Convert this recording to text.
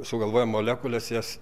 sugalvojam molekules jas